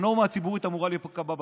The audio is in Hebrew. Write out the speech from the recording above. הנורמה הציבורית אמורה להיקבע בכנסת.